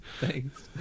Thanks